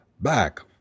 Back